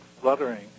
fluttering